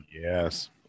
Yes